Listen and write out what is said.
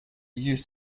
used